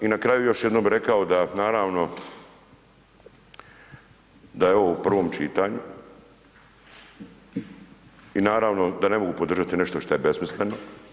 I na kraju još jednom rekao da naravno da je ovo u prvom čitanju i naravno da ne mogu podržati nešto što je besmisleno.